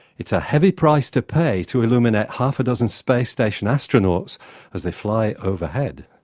it's a heavy price to pay to illuminate half a dozen space station astronauts as they fly overhead.